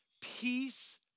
peace